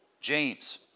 James